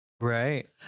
Right